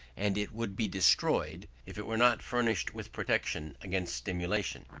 and it would be destroyed. if it were not furnished with protection against stimulation.